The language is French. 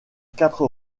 quatre